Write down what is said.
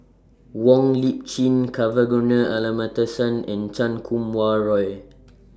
Wong Lip Chin and Chan Kum Wah Roy